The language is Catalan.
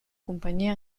companyia